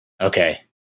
Okay